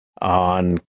on